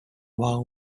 vow